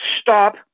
Stop